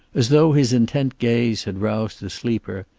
as though his intent gaze had roused the sleeper,